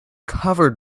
covered